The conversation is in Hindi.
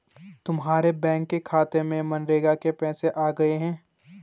तुम्हारे बैंक के खाते में मनरेगा के पैसे आ गए हैं